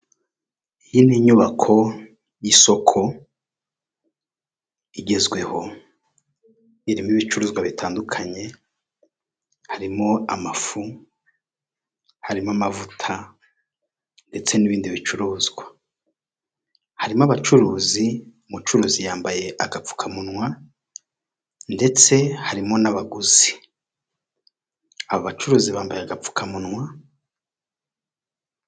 Iyi ni inyubako y'isoko igezweho, irimo ibicuruzwa bitandukanye, harimo amafu, harimo amavuta ndetse n'ibindi bicuruzwa, harimo abacuruzi, umucuruzi yambaye agapfukamunwa ndetse harimo n'abaguzi, abacuruzi bambaye agapfukamunwa.